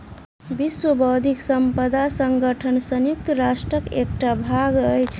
विश्व बौद्धिक संपदा संगठन संयुक्त राष्ट्रक एकटा भाग अछि